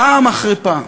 פעם אחרי פעם